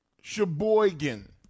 Sheboygan